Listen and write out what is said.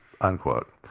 Unquote